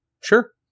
Sure